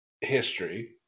history